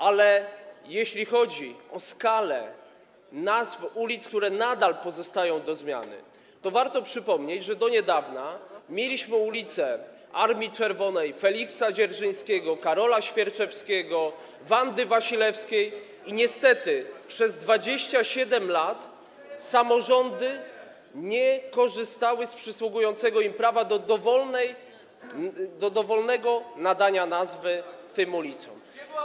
A jeśli chodzi o skalę nazw ulic, które nadal pozostają do zmiany, to warto przypomnieć, że do niedawna mieliśmy ulice: Armii Czerwonej, Feliksa Dzierżyńskiego, Karola Świerczewskiego, Wandy Wasilewskiej, i niestety przez 27 lat samorządy nie korzystały z przysługującego im prawa do dowolnego nadania nazw tym ulicom.